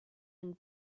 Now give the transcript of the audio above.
and